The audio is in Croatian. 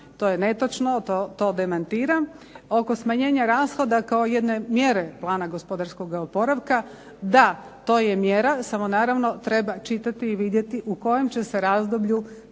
to je netočno, to demantiram. Oko smanjenja rashoda kao jedne mjere plana gospodarskoga oporavka, da to je mjera, samo naravno treba čitati i vidjeti u kojem će se razdoblju